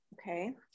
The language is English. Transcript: Okay